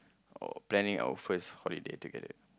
or planning our first holiday together